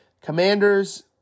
Commanders